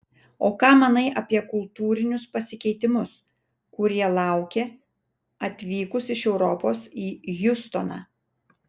o ką manai apie kultūrinius pasikeitimus kurie laukė atvykus iš europos į hjustoną